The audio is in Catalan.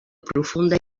profunda